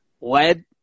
led